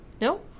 No